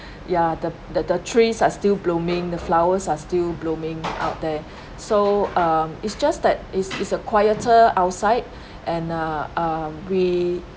ya the the the trees are still blooming the flowers are still blooming out there so uh it's just that is is a quieter outside and uh uh we